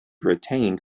retained